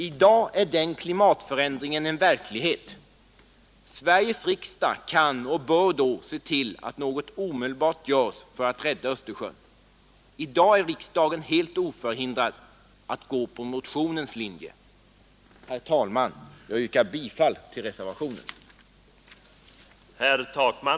I dag är den klimatförändringen en verklighet. Sveriges riksdag kan och bör då se till att något omedelbart görs för att rädda Östersjön. I dag är riksdagen helt oförhindrad att gå på motionens linje. Herr talman! Jag yrkar bifall till reservationen.